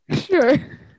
sure